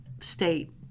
state